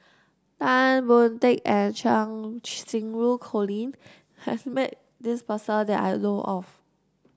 Tan Boon Teik and Cheng Xinru Colin has met this person that I know of